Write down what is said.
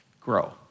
grow